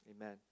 amen